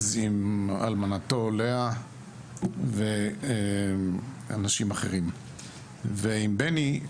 אז עם אלמנתו לאה ואנשים אחרים ועם בני,